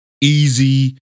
easy